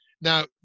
Now